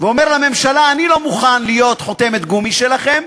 ואומר לממשלה: אני לא מוכן להיות חותמת גומי שלכם,